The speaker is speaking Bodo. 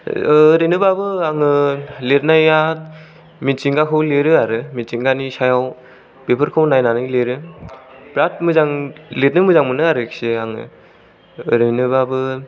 ओरैनोबाबो आङो लिरनाया मिथिंगाखौ लिरो आरो मिथिंगानि सायाव बेफोरखौ नायनानै लिरो बिराद मोजां लिरनो मोजां मोनो आरोखि आङो ओरैनोबाबो